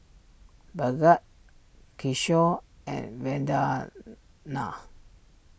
Bhagat Kishore and Vandana